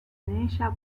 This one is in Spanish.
ella